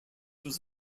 was